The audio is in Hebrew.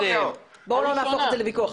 בואו לא נהפוך את זה לוויכוח.